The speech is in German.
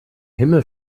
himmel